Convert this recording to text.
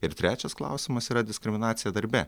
ir trečias klausimas yra diskriminacija darbe